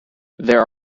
there